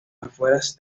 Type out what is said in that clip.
afueras